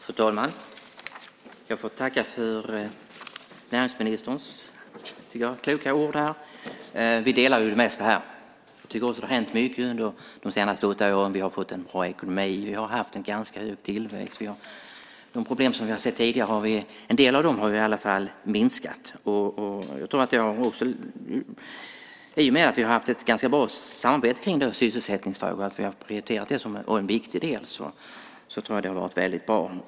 Fru talman! Jag får tacka för näringsministerns kloka ord. Vi delar ju de flesta uppfattningarna här. Jag tycker också att det har hänt mycket under de senaste åtta åren. Vi har fått en bra ekonomi. Vi har haft en ganska hög tillväxt. I alla fall en del av de problem som vi har sett tidigare har minskat. Vi har också haft ett bra samarbete kring sysselsättningsfrågan, som vi har prioriterat som en viktig fråga.